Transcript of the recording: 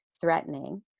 threatening